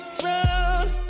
drown